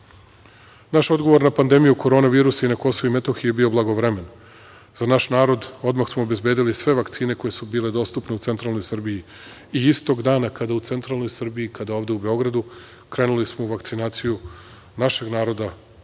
odgovor na pandemiju korona virusa i na Kosovu i Metohiji je bio blagovremen. Za naš narod odmah smo obezbedili sve vakcine koje su bile dostupne u centralnoj Srbiji i istog dana kada i u centralnoj Srbiji, kada i ovde u Beogradu krenuli smo u vakcinaciju našeg naroda iz